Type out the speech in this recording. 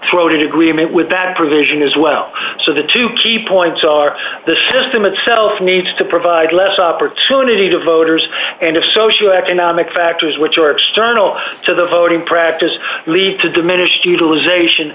throated agreement with that provision as well so the two key points are the system itself needs to provide less opportunity to voters and of social economic factors which are external to the voting practice lead to diminished utilization